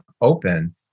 open